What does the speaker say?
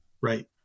right